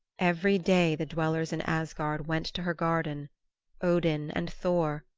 every day the dwellers in asgard went to her garden odin and thor,